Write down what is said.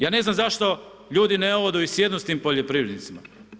Ja ne znam zašto ljudi ne odu i sjednu s tim poljoprivrednicima.